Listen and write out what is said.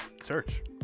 search